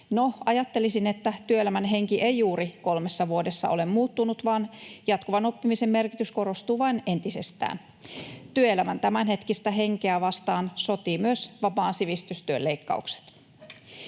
No, ajattelisin, että työelämän henki ei kolmessa vuodessa ole juuri muuttunut, vaan jatkuvan oppimisen merkitys korostuu vain entisestään. Työelämän tämänhetkistä henkeä vastaan sotii myös vapaan sivistystyön leikkaukset.